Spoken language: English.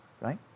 right